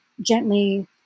gently